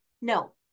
no